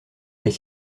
est